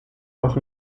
auch